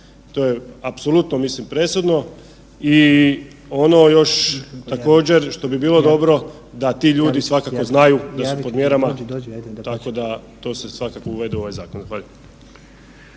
to je apsolutno presudno. I ono još također što bi bilo dobro da ti ljudi svakako znaju da su pod mjerama, tako da to se svakako uvede u ovaj zakon.